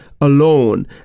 alone